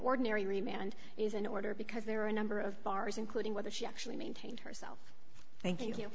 ordinary man and is in order because there are a number of bars including whether she actually maintained herself thank